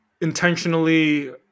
intentionally